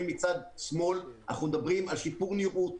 מצד שמאל אנחנו מדברים על שיפור נראות,